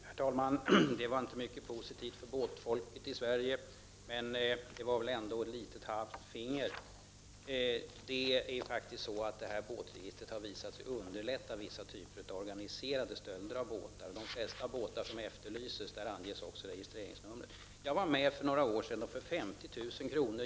Herr talman! Det var inte mycket positivt för båtfolket i Sverige men kanske ändå ett halvt finger. Båtregistret har faktiskt visat sig underlätta vissa typer av organiserade stölder av båtar. För de flesta båtar som efterlyses anges också registreringsnumret. Jag var för några år sedan med om att för 50 000 kr.